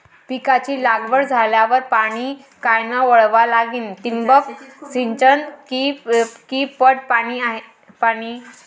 पिकाची लागवड झाल्यावर पाणी कायनं वळवा लागीन? ठिबक सिंचन की पट पाणी?